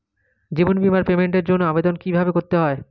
জীবন বীমার পেমেন্টের জন্য আবেদন কিভাবে করতে হয়?